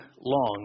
long